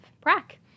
prac